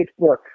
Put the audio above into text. Facebook